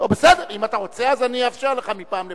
אם אתה רוצה, אני אאפשר לך מפעם לפעם.